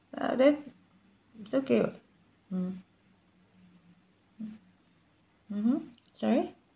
ah then it's okay what mm mm mmhmm sorry